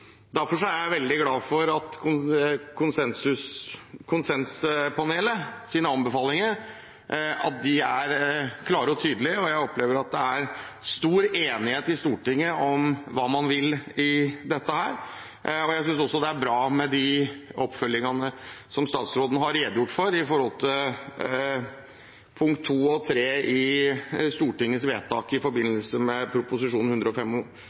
Derfor er jeg veldig glad for at konsensuspanelets anbefalinger er klare og tydelige, og jeg opplever at det er stor enighet i Stortinget om hva man vil her. Jeg synes også det er bra med de oppfølgingene som statsråden har redegjort for knyttet til II og III i Stortingets vedtak i forbindelse med